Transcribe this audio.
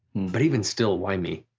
but even still, why me?